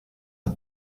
are